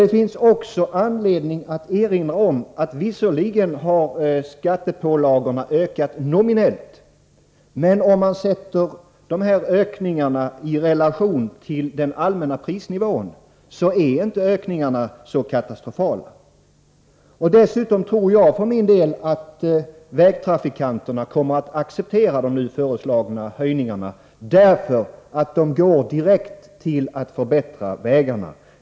Det finns också anledning att erinra om att skattepålagorna visserligen har ökat nominellt, men om man sätter ökningarna i relation till den allmänna prisnivåns utveckling är de inte så katastrofala. Dessutom tror jag för min del att vägtrafikanterna kommer att acceptera de nu föreslagna höjningarna därför att de går direkt till att förbättra vägarna.